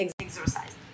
exercise